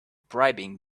bribing